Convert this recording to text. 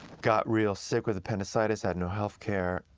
got real sick with appendicitis, had no health care,